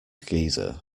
geezer